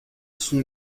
son